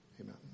Amen